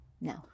No